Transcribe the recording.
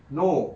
no